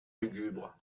lugubre